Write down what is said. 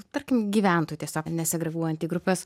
tarkim gyventojai tiesiog nesegreguojant į grupes